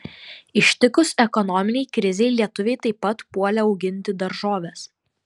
ištikus ekonominei krizei lietuviai taip pat puolė auginti daržoves